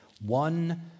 one